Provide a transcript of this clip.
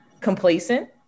complacent